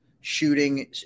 shooting